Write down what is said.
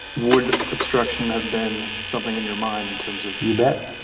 would obstruction have been something in your mind in terms of you bet,